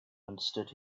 understood